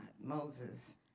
Moses